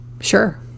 sure